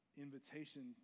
invitation